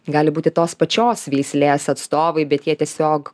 gali būti tos pačios veislės atstovai bet jie tiesiog